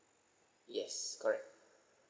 yes correct